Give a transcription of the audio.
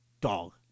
dog